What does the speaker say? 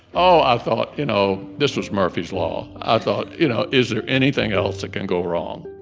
oh, i thought, you know, this was murphy's law. i thought, you know, is there anything else that can go wrong?